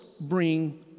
bring